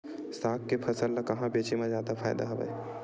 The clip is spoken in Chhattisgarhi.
साग के फसल ल कहां बेचे म जादा फ़ायदा हवय?